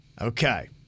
Okay